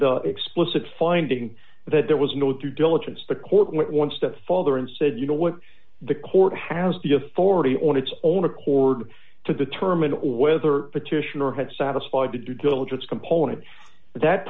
the explicit finding that there was no two diligence the court went one step further and said you know what the court has the authority on its own accord to determine or whether petitioner had satisfied the due diligence component that